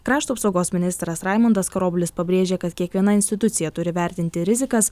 krašto apsaugos ministras raimundas karoblis pabrėžė kad kiekviena institucija turi vertinti rizikas